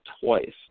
twice